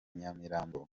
nyamirambo